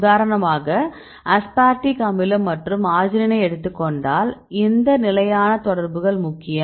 உதாரணமாக அஸ்பார்டிக் அமிலம் மற்றும் அர்ஜினைனை எடுத்துக்கொண்டால் எந்த நிலையான தொடர்புகள் முக்கியம்